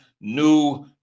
new